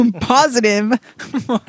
Positive